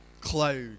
cloud